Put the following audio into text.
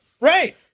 right